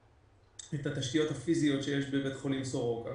התשתיות הפיזיות שיש בבית חולים סורוקה.